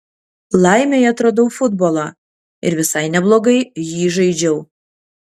laimei atradau futbolą ir visai neblogai jį žaidžiau